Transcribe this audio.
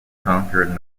conquered